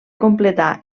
completar